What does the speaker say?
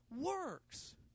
works